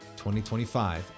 2025